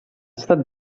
estat